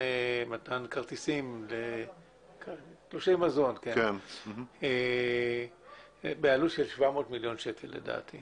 למתן תלושי מזון בעלות של 700 מיליון שקלים.